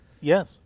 yes